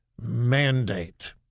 mandate